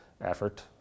effort